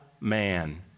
man